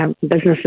businesses